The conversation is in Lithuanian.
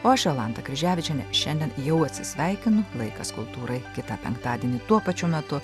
o aš jolanta kryževičienė šiandien jau atsisveikinu laikas kultūrai kitą penktadienį tuo pačiu metu